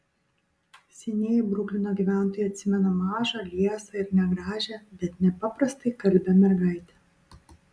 senieji bruklino gyventojai atsimena mažą liesą ir negražią bet nepaprastai kalbią mergaitę